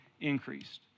increased